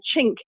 chink